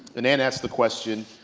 and and asks the question,